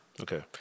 Okay